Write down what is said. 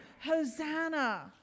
Hosanna